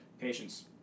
Patience